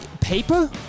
paper